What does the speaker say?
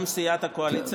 גם לסיעת הקואליציה